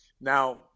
Now